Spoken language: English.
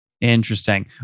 Interesting